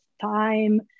time